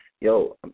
Yo